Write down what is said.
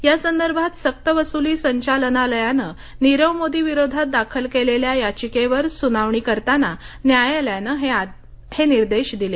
या संदर्भात सक्त वसुली संचालनालयाने नीरव मोदी विरोधात दाखल केलेल्या याचिकेवर सुनावणी करताना न्यायालयाने हे निर्देश दिले